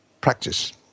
practice